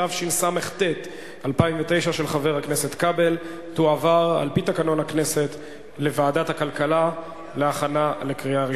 התשס"ט 2009, לדיון מוקדם בוועדת הכלכלה נתקבלה.